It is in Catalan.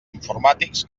informàtics